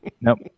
Nope